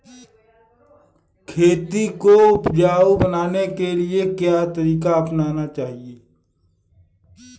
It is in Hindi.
खेती को उपजाऊ बनाने के लिए क्या तरीका अपनाना चाहिए?